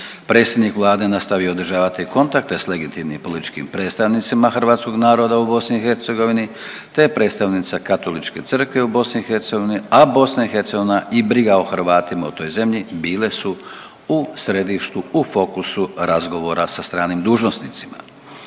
Predsjednik vlade nastavio je održavati kontakte s legitimnim političkim predstavnicima hrvatskog naroda u BiH te je predstavnica Katoličke crkve u BiH, a BiH i briga o Hrvatima u toj zemlji bile su u središtu u fokusu razgovora sa stranim dužnosnicima.